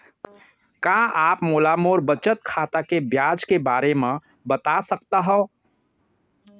का आप मोला मोर बचत खाता के ब्याज के बारे म बता सकता हव?